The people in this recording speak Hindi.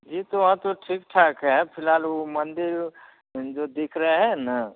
जी तो वहाँ तो ठीक ठाक है फ़िलहाल वह मंदिर जो दिख रहा है ना